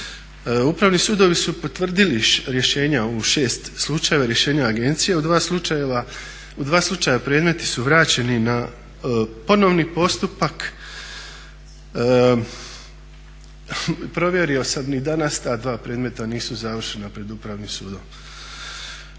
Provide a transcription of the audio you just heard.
Upravni sudovi su potvrdili rješenja u 6 slučajeva, rješenja agencije u dva slučajeva. U dva slučaja predmeti su vraćeni na ponovni postupak. Provjerio sam ni danas ta dva predmeta nisu završena pred upravnim sudom.